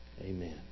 Amen